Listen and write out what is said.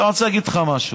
אני רוצה להגיד לך משהו: